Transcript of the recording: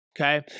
okay